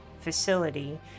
facility